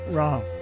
Wrong